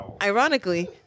Ironically